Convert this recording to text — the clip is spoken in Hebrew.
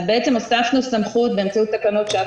אז בעצם הסטטוס סמכות באמצעות תקנות שעת